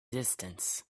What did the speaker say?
distance